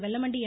Vellamandi என்